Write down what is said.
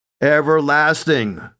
everlasting